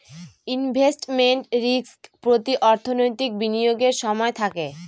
investment risk প্রতি অর্থনৈতিক বিনিয়োগের সময় থাকে